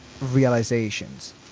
realizations